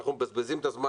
יש.